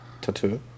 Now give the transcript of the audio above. tattoo